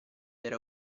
era